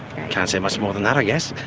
can't say much more than that i guess.